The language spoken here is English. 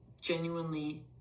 genuinely